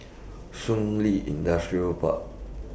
Shun Li Industrial Park